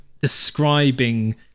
describing